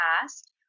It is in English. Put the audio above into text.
past